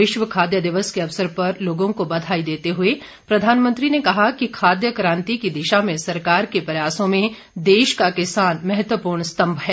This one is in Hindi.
विश्व खाद्य दिवस के अवसर पर लोगों को बधाई देते हुए प्रधानमंत्री ने कहा कि खाद्य क्रान्ति की दिशा में सरकार के प्रयासों में देश का किसान महत्वपूर्ण स्तम्भ है